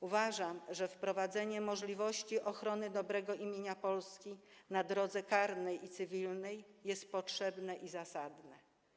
Uważam, że wprowadzenie możliwości ochrony dobrego imienia Polski na drodze karnej i cywilnej jest potrzebne i zasadne.